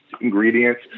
ingredients